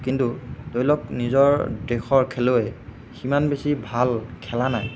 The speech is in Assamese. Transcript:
কিন্তু ধৰি লওঁক নিজৰ দেশৰ খেলুৱৈয়ে সিমান বেছি ভাল খেলা নাই